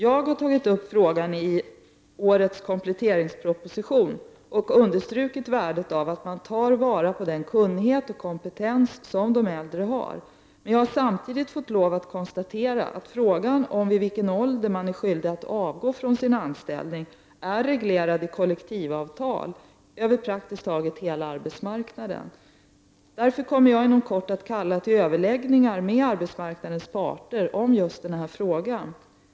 Jag har tagit upp frågan i årets kompletteringsproposition och understrukit värdet av att man tar vara på den kunnighet och kompetens som de äldre har. Men jag har samtidigt fått lov att konstatera att frågan om vid vilken ålder man är skyldig att avgå från sin anställning är reglerad i kollektivavtal över praktiskt taget hela arbetsmarknaden. Därför kommer jag inom kort att kalla till överläggningar med arbetsmarknadens parter om just den här frågan.